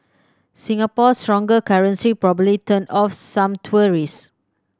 Singapore's stronger currency probably turned off some tourists